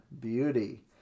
beauty